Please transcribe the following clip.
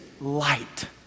light